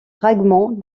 fragment